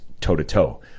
toe-to-toe